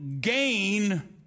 gain